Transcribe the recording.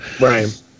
Right